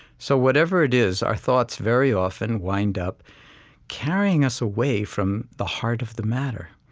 so whatever it is, our thoughts very often wind up carrying us away from the heart of the matter.